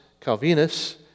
Calvinus